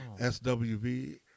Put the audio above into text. SWV